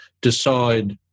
decide